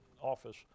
office